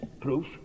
proof